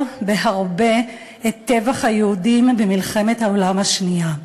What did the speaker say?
בהרבה את טבח היהודים" במלחמת העולם השנייה.